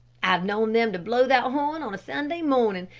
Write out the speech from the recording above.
i've known them to blow that horn on a sunday morning,